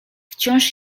wciąż